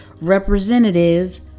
representative